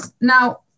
Now